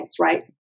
right